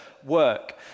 work